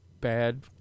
bad